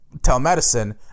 telemedicine